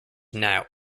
now